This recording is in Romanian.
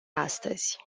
astăzi